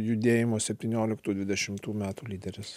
judėjimo septynioliktų dvidešimtų metų lyderis